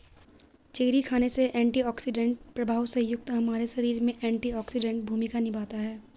cherry खाने से antioxidant प्रभाव से युक्त हमारे शरीर में एंटीऑक्सीडेंट भूमिका निभाता है